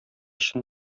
чын